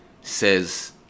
says